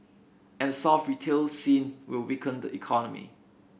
and a soft retail scene will weaken the economy